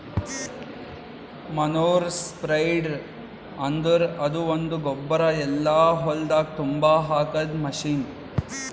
manure spreader ಅಂದುರ್ ಅದು ಒಂದು ಗೊಬ್ಬರ ಎಲ್ಲಾ ಹೊಲ್ದಾಗ್ ತುಂಬಾ ಹಾಕದ್ ಮಷೀನ್